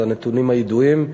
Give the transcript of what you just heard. והנתונים הידועים לראשונה,